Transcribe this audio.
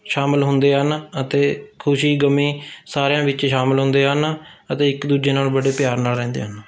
ਸ਼ਾਮਿਲ ਹੁੰਦੇ ਹਨ ਅਤੇ ਖੁਸ਼ੀ ਗਮੀ ਸਾਰਿਆਂ ਵਿੱਚ ਸ਼ਾਮਿਲ ਹੁੰਦੇ ਹਨ ਅਤੇ ਇੱਕ ਦੂਜੇ ਨਾਲ ਬੜੇ ਪਿਆਰ ਨਾਲ ਰਹਿੰਦੇ ਹਨ